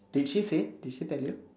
did she say did she tell you